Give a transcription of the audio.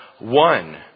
one